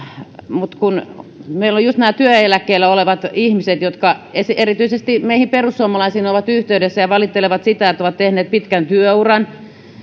mutta meillä on just nämä työeläkkeellä olevat ihmiset jotka erityisesti meihin perussuomalaisiin ovat yhteydessä ja valittelevat sitä että ovat tehneet pitkän työuran